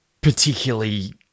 particularly